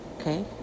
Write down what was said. Okay